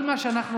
חבר, תירגע.